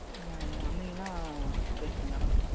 நீங்கள் வந்திங்கன்னா பேசிக்கலாம்ணா